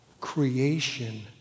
Creation